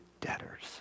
debtors